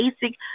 basic